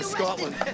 Scotland